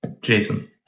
Jason